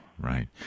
Right